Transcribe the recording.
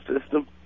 system